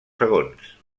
segons